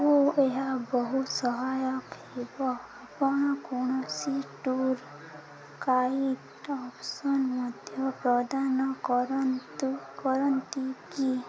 ଓହୋ ଏହା ବହୁତ ସହାୟକ ହେବ ଆପଣ କୌଣସି ଟୁର୍ ଗାଇଡ଼୍ ଅପ୍ସନ୍ ମଧ୍ୟ ପ୍ରଦାନ କରନ୍ତୁ କରନ୍ତି କି